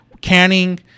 canning